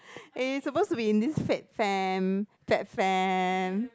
eh you supposed to be in this fit fam fat fam